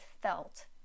felt